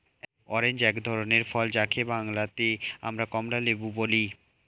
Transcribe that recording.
orange এক ধরনের ফল যাকে বাংলাতে আমরা কমলালেবু বলি